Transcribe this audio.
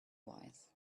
wise